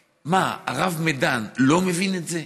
מה, הרב מדן לא מבין את זה?